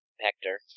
Hector